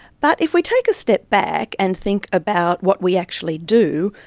but if we take a step back and think about what we actually do,